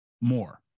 more